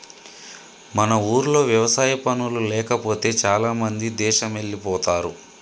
మన ఊర్లో వ్యవసాయ పనులు లేకపోతే చాలామంది దేశమెల్లిపోతారు